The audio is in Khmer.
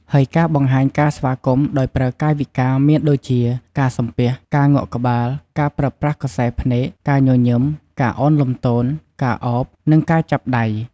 ហើយការបង្ហាញការស្វាគមន៍ដោយប្រើកាយវិការ មានដូចជា ការសំពះ ការងក់ក្បាល ការប្រើប្រាស់ក្រសែភ្នែក ការញញឹម ការឱនលំទោន ការឱប និងការចាប់ដៃ។